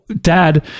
Dad